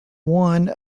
one